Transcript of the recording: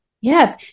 Yes